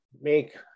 make